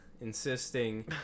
insisting